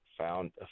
found